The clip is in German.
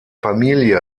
familie